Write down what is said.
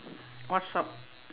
what's up